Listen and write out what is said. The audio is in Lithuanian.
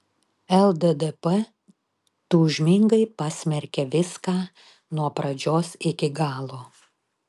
lddp tūžmingai pasmerkė viską nuo pradžios iki galo